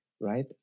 right